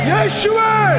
Yeshua